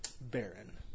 Baron